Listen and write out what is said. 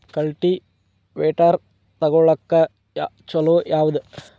Cultivator ತೊಗೊಳಕ್ಕ ಛಲೋ ಯಾವದ?